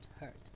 hurt